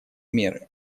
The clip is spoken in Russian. меры